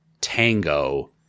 Tango